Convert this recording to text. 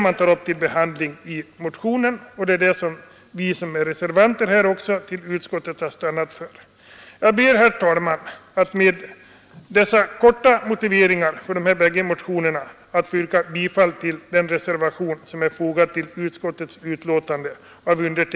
Med dessa korta motiveringar ber jag, herr talman, att få yrka bifall till den reservation av fröken Pehrsson och mig, som är fogad till utskottsbetänkandet.